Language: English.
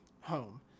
home